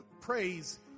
praise